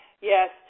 Yes